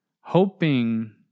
hoping